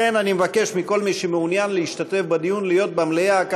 לכן אני מבקש מכל מי שמעוניין להשתתף בדיון להיות במליאה.